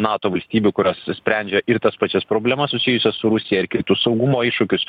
nato valstybių kurios sprendžia ir tas pačias problemas susijusias su rusija ir kitus saugumo iššūkius